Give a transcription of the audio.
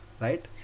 right